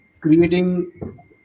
creating